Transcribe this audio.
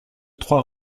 trois